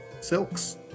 silks